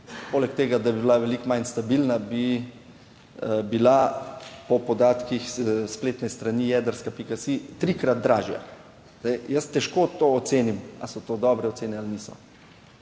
Poleg tega, da bi bila veliko manj stabilna, bi bila po podatkih spletne strani Jedrska.si trikrat dražja. Zdaj, jaz težko to ocenim ali so to dobre ocene ali niso.